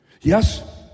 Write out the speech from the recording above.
Yes